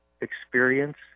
experience